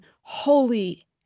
holy